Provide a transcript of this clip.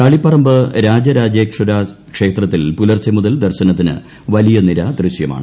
തളിപറമ്പ് രാജരാജേശ്വര ക്ഷേത്രത്തിൽ പുലർച്ചെ മുതൽ ദർശനത്തിന് വലിയ നിര ദൃശ്യമാണ്